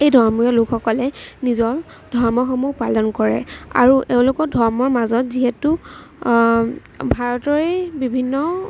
এই ধৰ্মীয় লোকসকলে নিজৰ ধৰ্মসমূহ পালন কৰে আৰু এওঁলোকৰ ধৰ্মৰ মাজত যিহেতু ভাৰতৰেই বিভিন্ন